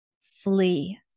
flee